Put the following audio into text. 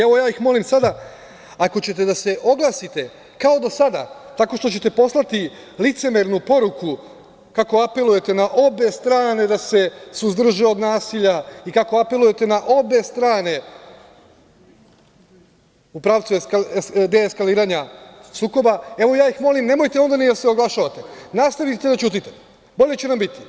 Evo, ja ih molim sada ako ćete da se oglasite kao do sada tako što ćete poslati licemernu poruku kako apelujete na obe strane da se suzdrže od nasilja i kako apelujete na obe strane u pravcu deeskaliranja sukoba, evo, ja ih molim nemojte onda ni da se oglašavate, nastavite da ćutite, bolje će nam biti.